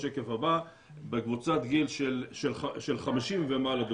בקבוצת הגיל של 50 ומעלה,